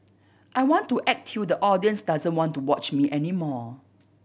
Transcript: I want to act till the audience doesn't want to watch me any more